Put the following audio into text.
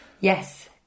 yes